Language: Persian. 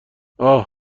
اَه